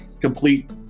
complete